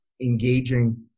engaging